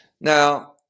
Now